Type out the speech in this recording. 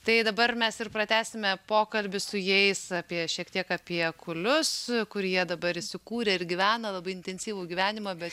tai dabar mes ir pratęsime pokalbį su jais apie šiek tiek apie kulius kur jie dabar įsikūrę ir gyvena labai intensyvų gyvenimą bet